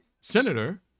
Senator